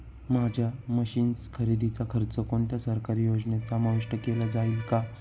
माझ्या मशीन्स खरेदीचा खर्च कोणत्या सरकारी योजनेत समाविष्ट केला जाईल का?